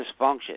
dysfunction